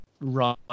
right